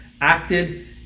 acted